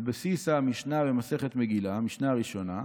על בסיס המשנה במסכת מגילה, המשנה הראשונה,